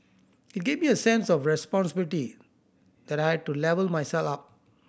it gave me a sense of responsibility that I to level myself up